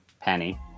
Penny